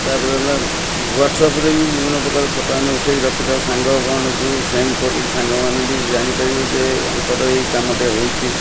ତା'ପରେ ହେଲା ୱାଟ୍ଆପ୍ରେ ବି ବିଭିନ୍ନ ପ୍ରକାର ଫୋଟୋ ଆମେ ଉଠେଇକି ରଖିଥାଉ ସାଙ୍ଗମାନଙ୍କୁ ବି ସେଣ୍ଡ କରୁ ସାଙ୍ଗମାନେ ବି ଜାଣିପାରିବେ ଯେ ଆଙ୍କର ଏଇ କାମଟିଏ ହଉଛି